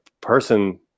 person